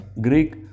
Greek